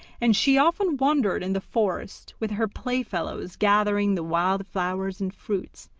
and she often wandered in the forest with her play fellows gathering the wild flowers and fruits,